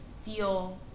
feel